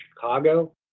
Chicago